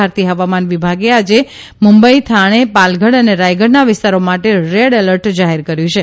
ભારતીય હવામાન વિભાગે આજે મુંબઇ થાણે પાલગઢ અને રાયગઢના વિસ્તારો માટે રેડએલર્ટ જાહેર કર્યું છે